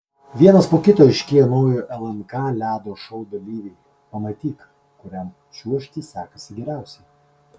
vienas po kito aiškėja naujojo lnk ledo šou dalyviai pamatyk kuriam čiuožti sekasi geriausiai